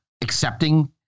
accepting